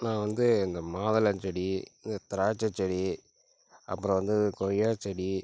நான் வந்து இந்த மாதுளஞ்செடி இந்த திராட்சை செடி அப்புறம் வந்து கொய்யாச் செடி